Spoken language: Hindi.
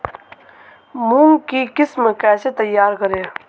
मूंग की किस्म कैसे तैयार करें?